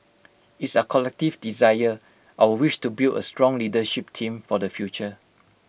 it's our collective desire our wish to build A strong leadership team for the future